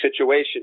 situation